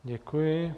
Děkuji.